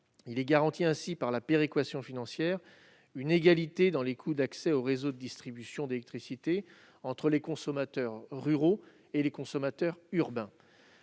il est garanti, par la péréquation financière, une égalité dans les coûts d'accès au réseau de distribution d'électricité entre les consommateurs ruraux et les consommateurs urbains.